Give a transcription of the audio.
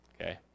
Okay